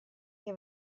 che